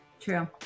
True